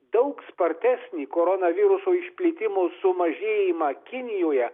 daug spartesnį koronaviruso išplitimo sumažėjimą kinijoje